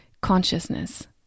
consciousness